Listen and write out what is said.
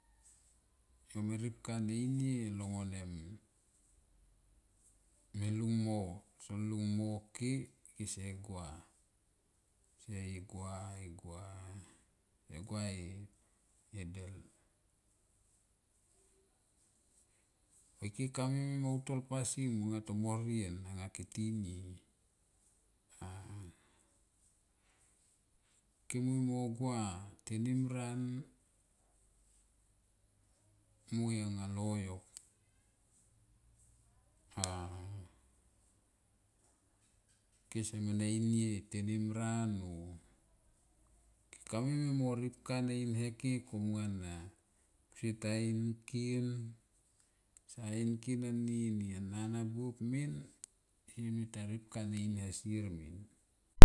Vo me ripka ne inie long vanem me lung mo son lung mo ke, kese gua se i gua i gua, se gua i e da. Mo ke kam mi mui mo utol pasing anga tomo rien anga ike tinie, ke mimui mo gua tenim ran mui anga loyok a kese mene inie tenim ran o ka kamui mo ripka ne in e ke kom nga na kusie ta in ngkin sa in ngkin anini a nana buop min semita ripka ne in e sier min.